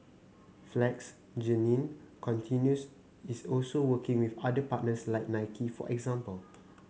flex Jeannine continues is also working with other partners like Nike for example